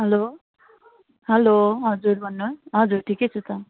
hello hello हजुर भन्नुहोस् हजुर ठिकै छु त